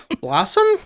Blossom